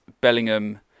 Bellingham